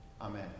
amen